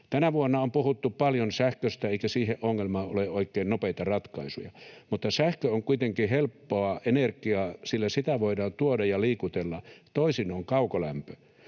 Tänä vuonna on puhuttu paljon sähköstä, eikä siihen ongelmaan ole oikein nopeita ratkaisuja. Mutta sähkö on kuitenkin helppoa energiaa, sillä sitä voidaan tuoda ja liikutella. Toisin on kaukolämpö.